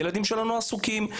הילדים שלנו עסוקים,